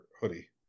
hoodie